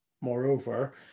Moreover